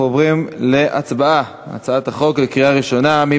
אנחנו עוברים להצבעה בקריאה ראשונה על הצעת החוק.